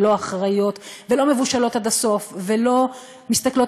ולא אחראיות ולא מבושלות עד הסוף ולא מסתכלות